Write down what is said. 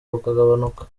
bukagabanuka